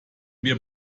wir